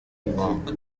inkunga